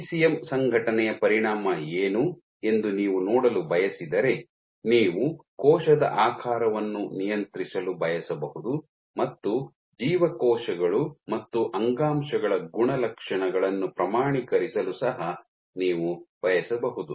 ECM ಸಂಘಟನೆಯ ಪರಿಣಾಮ ಏನು ಎಂದು ನೀವು ನೋಡಲು ಬಯಸಿದರೆ ನೀವು ಕೋಶದ ಆಕಾರವನ್ನು ನಿಯಂತ್ರಿಸಲು ಬಯಸಬಹುದು ಮತ್ತು ಜೀವಕೋಶಗಳು ಮತ್ತು ಅಂಗಾಂಶಗಳ ಗುಣಲಕ್ಷಣಗಳನ್ನು ಪ್ರಮಾಣೀಕರಿಸಲು ಸಹ ನೀವು ಬಯಸಬಹುದು